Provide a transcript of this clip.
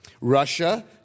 Russia